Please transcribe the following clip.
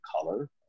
color